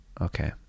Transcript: Okay